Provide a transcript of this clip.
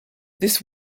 this